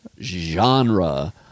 genre